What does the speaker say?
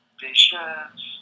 patience